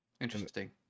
interesting